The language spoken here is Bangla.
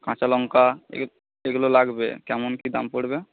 কাঁচালঙ্কা এগুলো লাগবে কেমন কী দাম পড়বে